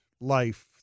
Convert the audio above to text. life